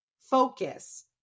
focus